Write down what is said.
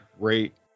Great